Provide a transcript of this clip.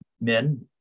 men